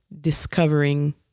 discovering